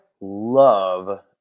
love